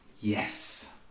Yes